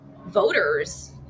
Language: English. voters